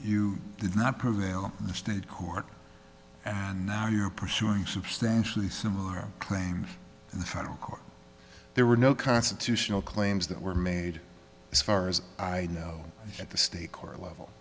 you did not prevail in the state court and now you're pursuing substantially similar claims in the federal court there were no constitutional claims that were made as far as i know at the state court level